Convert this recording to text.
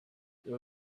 there